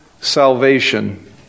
salvation